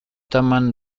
toman